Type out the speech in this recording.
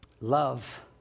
love